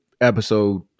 episode